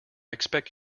expect